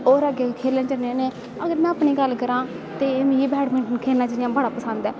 होर अग्गैं खेलन जन्नें होनें अगर में अपनी गल्ल करां ते मिगी बैड़मिंटन खेलनां जियां बड़ा पसंद ऐ